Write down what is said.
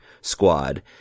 squad